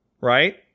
right